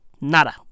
Nada